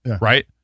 right